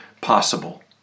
possible